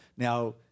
Now